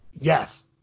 Yes